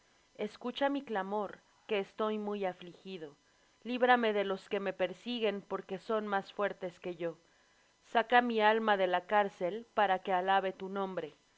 escucha mi clamor que estoy muy afligido líbrame de los que me persiguen porque son más fuertes que yo saca mi alma de la cárcel para que alabe tu nombre